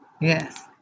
Yes